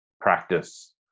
practice